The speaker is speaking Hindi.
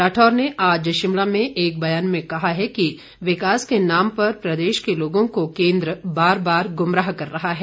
राठौर ने आज शिमला में एक बयान में कहा है कि विकास के नाम पर प्रदेश के लोगों को केन्द्र बार बार ग्मराह कर रहा है